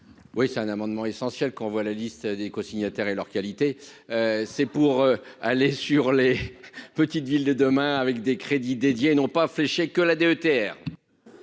Oui, c'est un amendement essentiel qu'on voit la liste des cosignataires et leur qualité, c'est pour aller sur les petites villes de demain avec des crédits dédiés n'ont pas fait chier que la DETR.